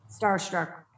starstruck